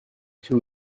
two